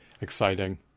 exciting